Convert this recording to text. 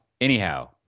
anyhow